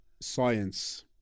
science